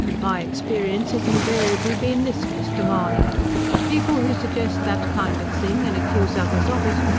my experience has invariably been this, mr. mahony people who suggest that kind of thing, and accuse others of it,